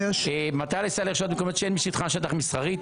במטרה לסייע לרשויות מקומיות שאין בשטחן שטח מסחרי,